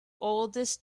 oldest